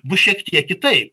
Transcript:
bus šiek tiek kitaip